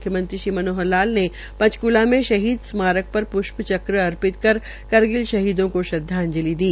मुख्यमंत्री मनोहर लाल ने पंचकूला में शहीद स्मारक पर प्ष्प चक्र अर्पित कर करगिल शहीदों को श्रदवाजंलि दी